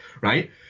right